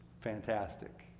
fantastic